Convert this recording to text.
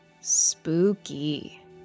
Spooky